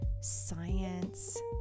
science